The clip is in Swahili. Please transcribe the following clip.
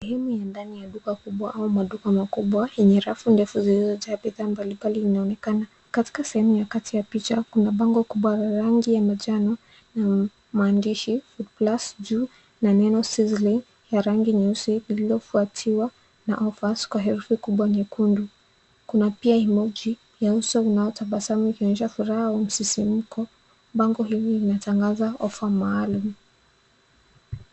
Sehemu ya ndani ya duka kubwa au maduka makubwa yenye rafu ndefu zilizojaa bidhaa mbalimbali inaonekana. Katika sehemu ya kati ya picha, kuna bango kubwa la rangi ya manjano na maandishi ya Foodplus juu na neno sizzling ya rangi nyeusi lililofuatiwa na offers kwa herufi kubwa nyekundu. Kuna pia emoji ya uso unaotabasamu ukionyesha furaha au msisimuko. Bango hili linatangaza ofa maalum.